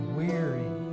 weary